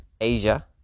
Asia